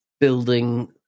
building